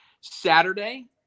Saturday